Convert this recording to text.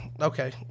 Okay